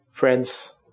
friends